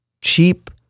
cheap